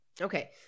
Okay